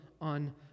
on